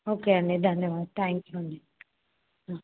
okay అండి ధన్యవాదాలు thank you అండి